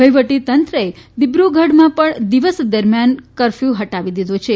વહિવટીતંત્રે ડિબ્રુગઢમાં પણ દિવસ દરમ્યાન કરફયુ હટાવી દીધો છે